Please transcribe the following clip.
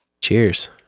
Cheers